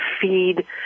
feed